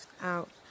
out